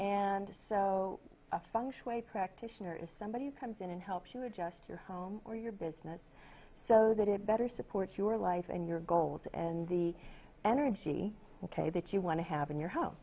and so a function way practitioner is somebody who comes in and helps you adjust your home or your business so that it better support your life and your goals and the energy ok that you want to have in your ho